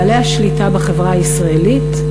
בעלי השליטה בחברה הישראלית,